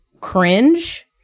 cringe